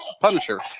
Punisher